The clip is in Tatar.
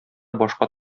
башка